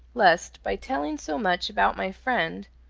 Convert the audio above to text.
lest, by telling so much about my friend,